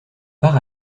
par